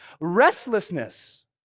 Restlessness